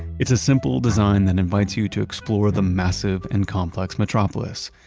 it's a simple design that invites you to explore the massive and complex metropolis.